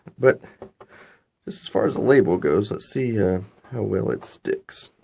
but as far as the label goes, let's see how well it sticks.